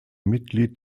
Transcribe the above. mitglied